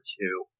two